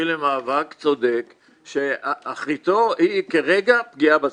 למאבק צודק שאחריתו היא כרגע פגיעה בזקנים.